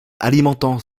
alimentant